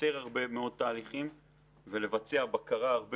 לקצר הרבה מאוד תהליכים ולבצע בקרה הרבה